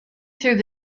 through